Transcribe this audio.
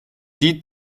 die